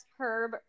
Herb